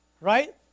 Right